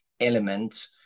element